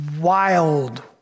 wild